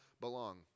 belong